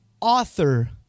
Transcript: author